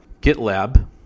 GitLab